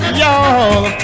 y'all